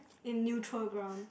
in neutral ground